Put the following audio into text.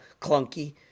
clunky